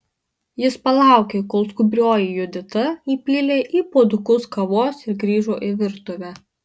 jis palaukė kol skubrioji judita įpylė į puodukus kavos ir grįžo į virtuvę